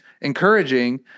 encouraging